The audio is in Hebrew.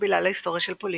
מקבילה להיסטוריה של פולין.